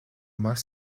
más